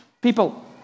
people